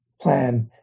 plan